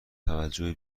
توجه